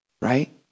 right